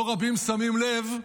לא רבים שמים לב,